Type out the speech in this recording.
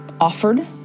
offered